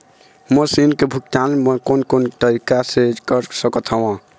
मोर ऋण के भुगतान म कोन कोन तरीका से कर सकत हव?